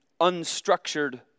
unstructured